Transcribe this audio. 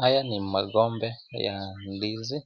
Haya ni magomba ya ndizi,